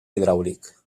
hidràulic